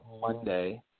Monday